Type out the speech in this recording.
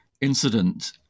incident